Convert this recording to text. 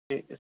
ٹھیک ہے